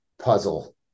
puzzle